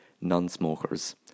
non-smokers